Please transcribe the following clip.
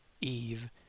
Eve